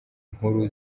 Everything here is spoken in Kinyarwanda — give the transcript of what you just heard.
nkuru